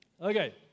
Okay